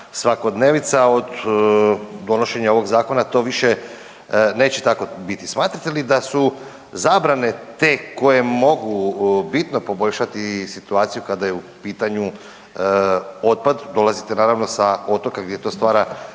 svakodnevica od donošenja ovog zakona to više neće tako biti. Smatrate li da su zabrane te koje mogu bitno poboljšati situaciju kada je u pitanju otpad, dolazite naravno sa otoka gdje to stvara